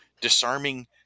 disarming